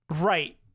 Right